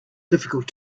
difficult